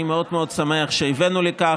אני שמח מאוד שהבאנו לכך.